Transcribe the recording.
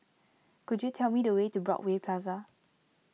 could you tell me the way to Broadway Plaza